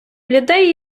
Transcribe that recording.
людей